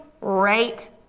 right